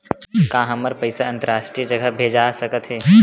का हमर पईसा अंतरराष्ट्रीय जगह भेजा सकत हे?